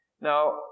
Now